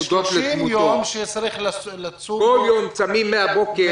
יום שצריך לצום מהבוקר